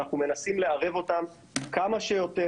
אנחנו מנסים לערב אותם כמה שיותר.